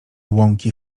łąki